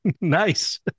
Nice